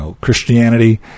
Christianity